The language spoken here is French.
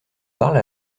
parle